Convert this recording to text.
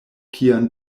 kian